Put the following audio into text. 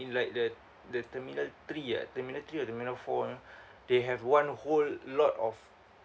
in like the the terminal three ah terminal three or terminal four they have one whole lot of